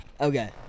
Okay